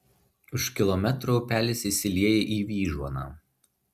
už kilometro upelis įsilieja į vyžuoną